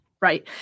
Right